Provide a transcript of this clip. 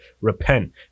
repent